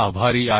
आभारी आहे